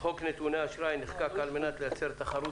חוק נתוני אשראי נחקק על מנת לייצר תחרות